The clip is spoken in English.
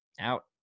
Out